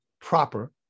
proper